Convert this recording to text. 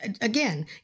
again